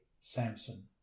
Samson